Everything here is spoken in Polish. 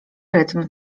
rytm